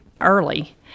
early